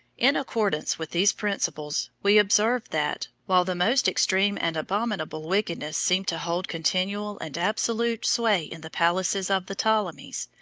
in accordance with these principles, we observe that, while the most extreme and abominable wickedness seemed to hold continual and absolute sway in the palaces of the ptolemies,